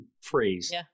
phrase